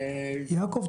יעקב,